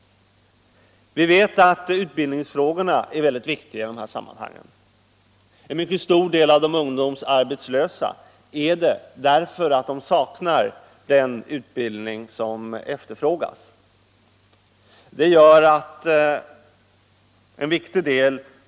Vi vet att utbildningsfrågorna är väldigt viktiga i de här sammanhangen. En mycket stor del av de ungdomsarbetslösa är det därför att de saknar den utbildning som efterfrågas. Det gör att en viktig del!